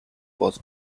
was